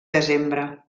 desembre